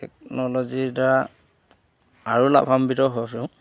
টেকন'ল'জিৰ দ্বাৰা আৰু লাভাম্বিত হৈছোঁ